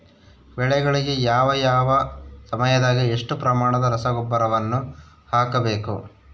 ಬೆಳೆಗಳಿಗೆ ಯಾವ ಯಾವ ಸಮಯದಾಗ ಎಷ್ಟು ಪ್ರಮಾಣದ ರಸಗೊಬ್ಬರವನ್ನು ಹಾಕಬೇಕು?